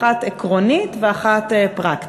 אחת עקרונית ואחת פרקטית.